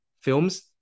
films